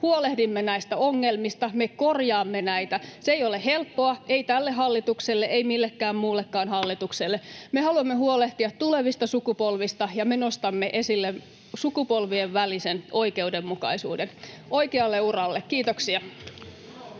huolehdimme näistä ongelmista, me korjaamme näitä. Se ei ole helppoa, ei tälle hallitukselle, ei millekään muullekaan hallitukselle. Me haluamme huolehtia tulevista sukupolvista, ja me nostamme esille sukupolvien välisen oikeudenmukaisuuden. Oikealle uralle. — Kiitoksia.